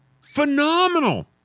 phenomenal